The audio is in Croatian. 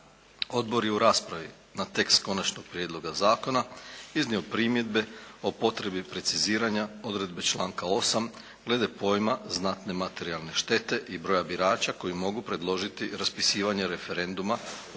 Odbor je u raspravi na tekst konačnog prijedloga zakona iznio primjedbe o potrebi preciziranja odredbe članka 8. glede pojma "znatne materijalne štete" i broja birača koja mogu predložiti raspisivanje referenduma o